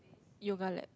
yoga lab